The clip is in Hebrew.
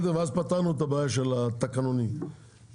ואז פתרנו את הבעיה של התקנון הזה.